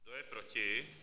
Kdo je proti?